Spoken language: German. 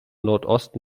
nordosten